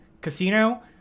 casino